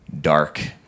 dark